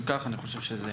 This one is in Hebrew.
אם כך, אני חושב שזה